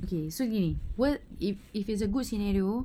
okay so gini what if if it's a good scenario